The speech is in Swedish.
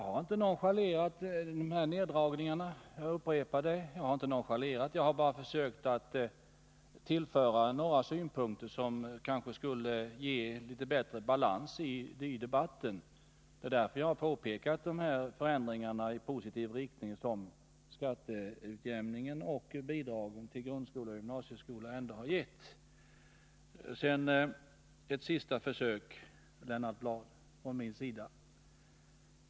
Herr talman! Jag upprepar att jag inte har nonchalerat neddragningarna, men jag har försökt att anlägga några synpunkter som kanske skulle kunna ge debatten litet bättre balans. Därför har jag pekat på de förändringar i positiv riktning som skatteutjämning och bidragen till grundskola och gymnasieskola ändå har betytt. Lennart Bladh, ett sista försök från min sida.